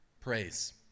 praise